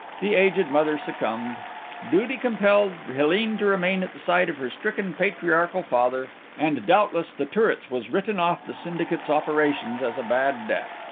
the aged mother succumbed duty compelled helene to remain at the side of her stricken patriarchal father, and doubtless the turrets was written off the syndicate's operations as a bad debt.